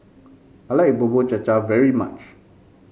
I like Bubur Cha Cha very much